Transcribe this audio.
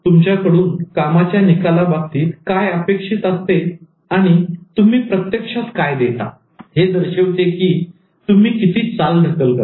तुमच्याकडून कामाच्या निकालाबाबतीत काय अपेक्षित असते आणि तुम्ही प्रत्यक्षात काय देता हे दर्शविते की तुम्ही किती चालढकल करता